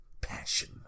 passion